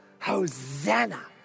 Hosanna